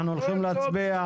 אנחנו הולכים להצביע.